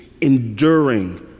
enduring